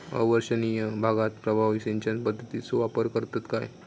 अवर्षणिय भागात प्रभावी सिंचन पद्धतीचो वापर करतत काय?